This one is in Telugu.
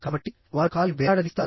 కాబట్టివారు కాల్ని వేలాడదీస్తారు